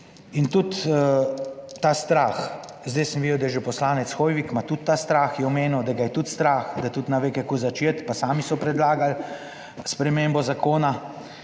in tudi ta strah, zdaj sem videl, da je že poslanec Hoivik ima tudi ta strah, je omenil, da ga je tudi strah, da tudi ne ve, kako začeti. Pa sami so predlagali spremembo zakona